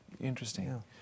Interesting